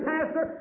Pastor